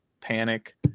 Panic